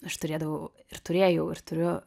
aš turėdavau ir turėjau ir turiu